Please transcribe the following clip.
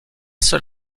seul